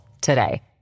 today